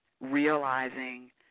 realizing